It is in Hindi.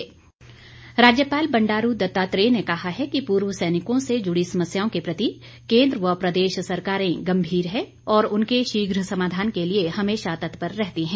राज्यपाल राज्यपाल बंडारू दत्तात्रेय ने कहा है कि पूर्व सैनिकों से जुड़ी समस्यों के प्रति केन्द्र व प्रदेश सरकारें गंभीर हैं और उनके शीघ्र समाधान के लिए हमेशा तत्पर रहती हैं